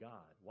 God